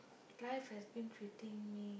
life has been treating me